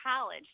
college